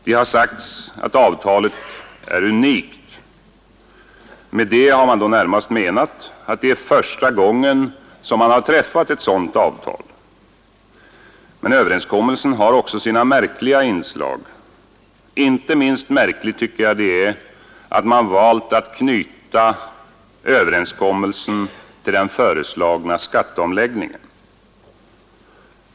Det har sagts att avtalet är unikt. Med det har man då närmast menat att det är första gången som man har träffat ett sådant avtal. Men överenskommelsen har också sina märkliga inslag. Inte minst märkligt tycker jag att det är att man valt att knyta den till den föreslagna skatteomläggningen.